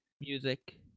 music